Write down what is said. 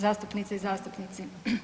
zastupnice i zastupnici.